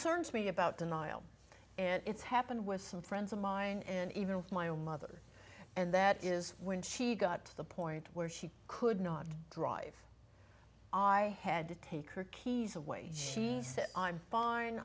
cern's me about denial and it's happened with some friends of mine and even with my own mother and that is when she got to the point where she could not drive i had to take her keys away she said i'm fine